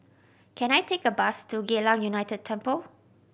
can I take a bus to Geylang United Temple